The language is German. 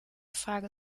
frage